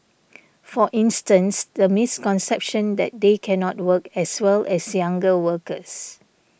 for instance the misconception that they cannot work as well as younger workers